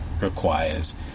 requires